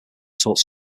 taught